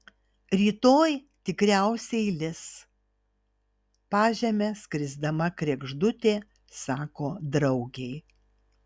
rytoj tikriausiai lis pažeme skrisdama kregždutė sako draugei